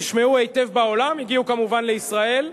נשמעו היטב בעולם, הגיעו כמובן לישראל,